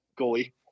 goalie